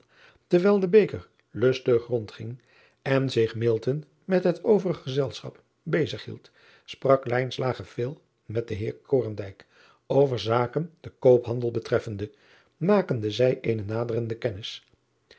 erwijl de beker lustig rondging en zich met het overig gezelschap bezig hield sprak veel met den eer over zaken den koophandel betreffende makende zij eene nadere